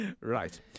Right